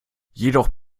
jedoch